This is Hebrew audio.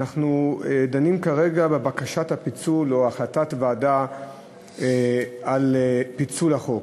אנחנו דנים כרגע בבקשת הפיצול או החלטת ועדה על פיצול החוק.